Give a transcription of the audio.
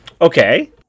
Okay